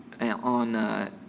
on